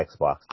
Xbox